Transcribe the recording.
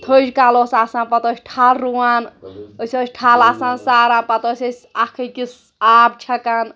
تھٔج کَلہٕ اوس آسان پَتہٕ ٲسۍ ٹھَر رُوان أسۍ ٲسۍ ٹھَل آسان ساران پَتہٕ ٲسۍ أسۍ اَکھ أکِس آب چھَکان